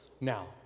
Now